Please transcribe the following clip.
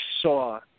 saw